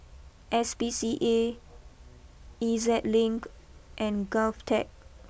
S P C A E Z Link and GovTech